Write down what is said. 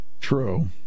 true